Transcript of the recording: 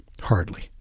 Hardly